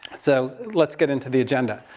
so let's get into the agenda.